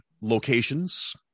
locations